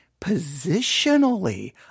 Positionally